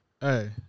Hey